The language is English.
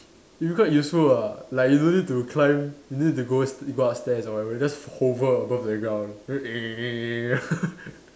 it'll quite useful ah like you don't need to climb you don't need to go go upstairs or whatever you just hover above the ground then